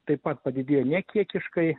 taip pat padidėjo ne kiekybiškai